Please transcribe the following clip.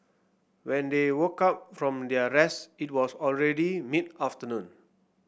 when they woke up from their rest it was already mid afternoon